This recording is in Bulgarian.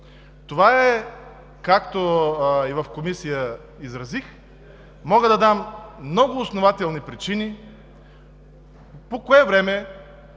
това нещо. Както и в Комисията изразих, мога да дам много основателни причини по кое време,